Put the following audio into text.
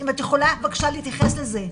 אם את יכולה בבקשה להתייחס לזה.